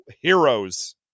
Heroes